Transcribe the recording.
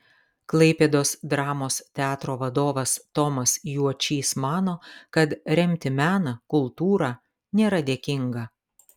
klaipėdos dramos teatro vadovas tomas juočys mano kad remti meną kultūrą nėra dėkinga